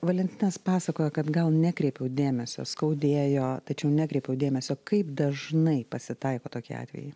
valentinas pasakojo kad gal nekreipiau dėmesio skaudėjo tačiau nekreipiau dėmesio kaip dažnai pasitaiko tokie atvejai